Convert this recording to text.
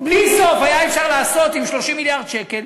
בלי סוף אפשר היה לעשות עם 30 מיליארד שקלים,